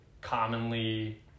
commonly